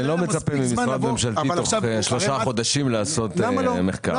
לא מצפים ממשרד ממשלתי תוך שלושה חודשים לעשות מחקר.